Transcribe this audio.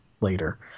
later